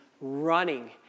running